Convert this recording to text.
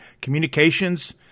communications